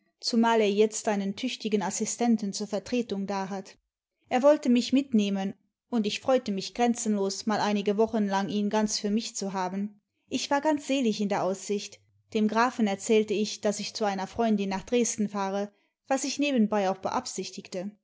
zumal er jetzt einen tüchtigen assistentöh zur vertretung da hat er wollte mich mitnehmen und ich freute mich grenzenlos mal einige wochen isig ihn ganz für mich zu haben ich war ganz selig in der aussicht dem grafen erzählte ich daß ich zu einer freimdin nach dresden fahre was ich nebenbei auch beabsichtigte